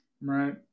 right